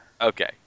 Okay